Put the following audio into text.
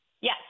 Yes